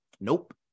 nope